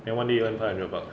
then one day you earn five buck